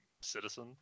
citizen